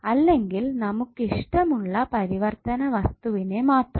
അല്ലെങ്കിൽ നമുക്കിഷ്ടമുള്ള പരിവർത്തന വസ്തുവിന്റെ മാത്രം